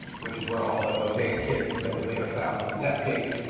which is where all the mosaic kids that would later found netscape